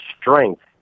strength